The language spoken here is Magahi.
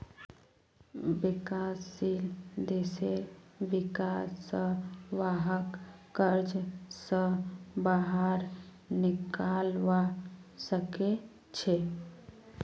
विकासशील देशेर विका स वहाक कर्ज स बाहर निकलवा सके छे